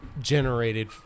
generated